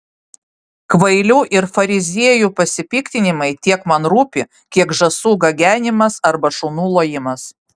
kvailių ir fariziejų pasipiktinimai tiek man rūpi kiek žąsų gagenimas arba šunų lojimas